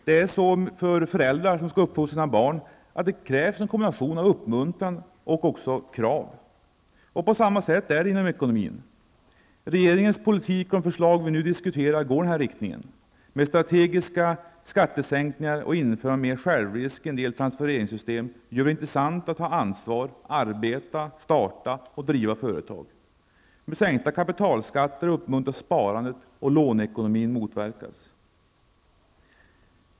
Det är så också för föräldrar som skall uppfostra sina barn, det krävs en kombination av uppmuntran och krav. På samma sätt är det i ekonomin. Regeringens politik och de förslag som vi nu diskuterar går i denna riktning. Med strategiska skattesänkningar och införande av mer självrisk i en del transfereringssystem gör vi det intressant att ta ansvar, arbeta, starta och driva företag. Med sänkta kapitalskatter uppmuntras sparande och låneekonomin motverkas.